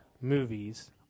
movies